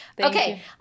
Okay